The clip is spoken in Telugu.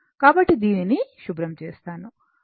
కాబట్టి దీనిని శుభ్రం చేస్తాను